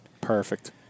Perfect